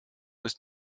ist